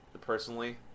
personally